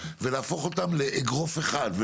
ולהפוך אותם לאגרוף אחד,